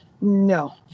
no